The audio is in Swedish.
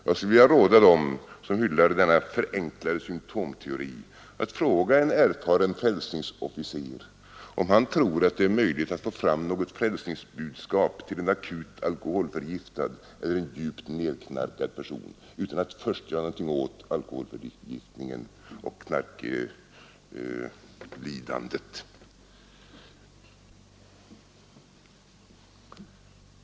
Jag skulle vilja råda dem som hyllar denna förenklade symtomteori att fråga en erfaren frälsningsofficer om han tror att det är möjligt att få fram något frälsningsbudskap till en akut alkoholförgiftad eller djupt nedknarkad person utan att först göra någonting åt alkoholförgiftningen och knarklidandet.